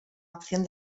opción